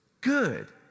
good